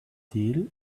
deal